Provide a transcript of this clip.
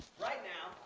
right now,